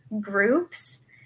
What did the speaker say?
groups